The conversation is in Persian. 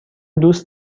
دوست